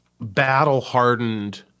battle-hardened